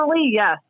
yes